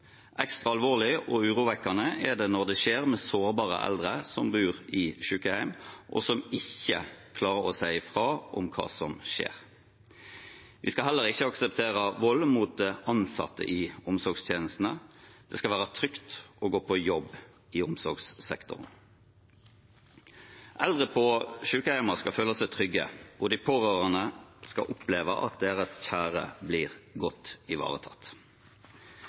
Ekstra alvorlig og urovekkende er det når det skjer med sårbare eldre som bor i sykehjem, og som ikke klarer å si fra om hva som skjer. Vi skal heller ikke akseptere vold mot ansatte i omsorgstjenestene. Det skal være trygt å gå på jobb i omsorgssektoren. Eldre på sykehjem skal føle seg trygge, og de pårørende skal oppleve at deres kjære blir godt ivaretatt.